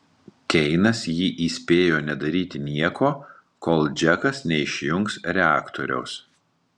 keinas jį įspėjo nedaryti nieko kol džekas neišjungs reaktoriaus